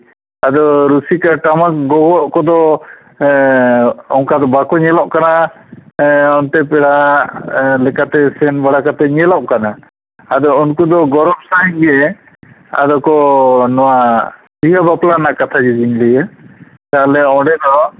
ᱟᱫᱚ ᱨᱩᱥᱤᱠᱟ ᱴᱟᱢᱟᱠ ᱜᱚᱜᱚᱜ ᱠᱚᱫᱚ ᱚᱱᱠᱟ ᱫᱚ ᱵᱟᱠᱚ ᱧᱮᱞᱚᱜ ᱠᱟᱱᱟ ᱚᱱᱛᱮ ᱯᱮᱲᱟ ᱞᱮᱠᱟᱮ ᱥᱮᱱ ᱵᱟᱲᱟ ᱠᱟᱛᱮ ᱧᱮᱞᱚᱜ ᱠᱟᱱᱟ ᱟᱫᱚ ᱩᱱᱠᱩ ᱫᱚ ᱜᱚᱨᱚᱵᱽ ᱥᱟᱺᱦᱤᱡ ᱜᱮ ᱟᱫᱚ ᱠᱚ ᱱᱚᱣᱟ ᱵᱤᱦᱟᱹ ᱵᱟᱯᱞᱟ ᱨᱮᱭᱟᱜ ᱠᱟᱛᱷᱟ ᱜᱮᱞᱤᱧ ᱞᱟᱹᱭᱟ ᱛᱟᱦᱚᱞᱮ ᱚᱸᱰᱮ ᱫᱚ